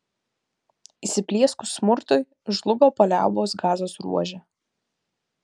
įsiplieskus smurtui žlugo paliaubos gazos ruože